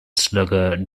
slugger